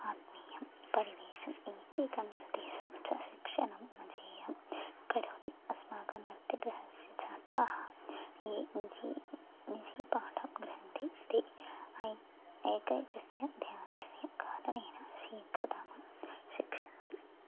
आत्मीयं परिवेशम् एकैकं नृत्येशं च शिक्षणं मजेयं करोति अस्माकं नृत्यगृहस्य छात्राः ये निज निजपाठं गृह्णन्ति ते ऐ एकैकस्य ध्यानस्य कारणेन शीघ्रतमं शिक्षन्ति